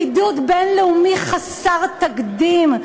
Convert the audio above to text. בידוד בין-לאומי חסר תקדים,